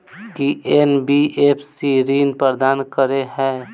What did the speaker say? की NBFC ऋण प्रदान करे है?